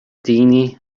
daoine